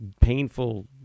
painful